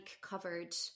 covered